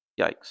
Yikes